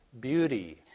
beauty